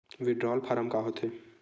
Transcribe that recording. Withdrawal form का होथे?